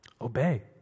obey